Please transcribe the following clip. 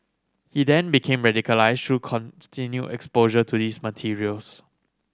he then became radicalised through continued exposure to these materials